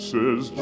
Says